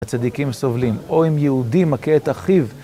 הצדיקים סובלים, או אם יהודי מכה את אחיו.